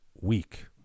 week